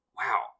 wow